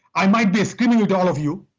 i might be screaming at all of you,